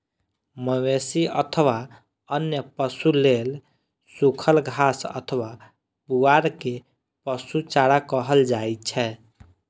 मवेशी अथवा अन्य पशु लेल सूखल घास अथवा पुआर कें पशु चारा कहल जाइ छै